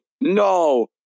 No